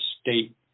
state